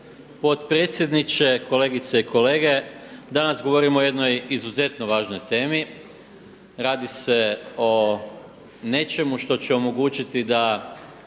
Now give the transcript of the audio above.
hvala vam